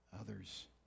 others